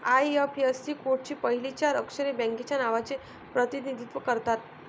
IFSC कोडची पहिली चार अक्षरे बँकेच्या नावाचे प्रतिनिधित्व करतात